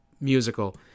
musical